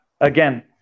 again